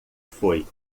foi